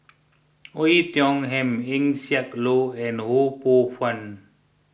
Oei Tiong Ham Eng Siak Loy and Ho Poh Fun